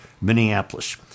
Minneapolis